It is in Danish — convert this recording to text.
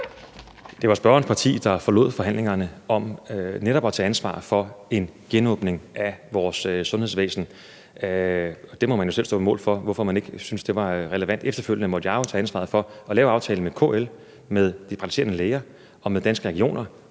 Det var spørgerens parti, der forlod forhandlingerne om netop at tage ansvar for en genåbning af vores sundhedsvæsen, og man må jo selv stå på mål for, hvorfor man ikke syntes, det var relevant. Efterfølgende måtte jeg jo tage ansvaret for at lave en aftale med KL, med de praktiserende læger og med Danske Regioner